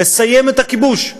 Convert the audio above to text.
לסיים את הכיבוש,